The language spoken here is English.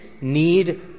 need